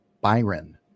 byron